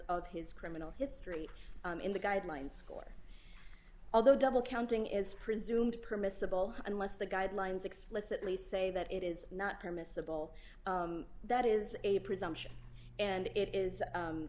of his criminal history in the guidelines score although double counting is presumed permissible unless the guidelines explicitly say that it is not permissible that is a presumption and it is